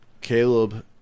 caleb